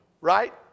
right